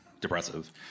depressive